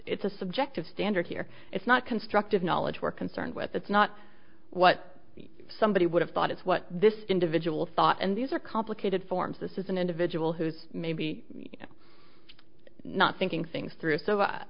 it's a subjective standard here it's not constructive knowledge we're concerned with it's not what somebody would have thought it's what this individual thought and these are complicated forms this is an individual who's maybe not thinking things through so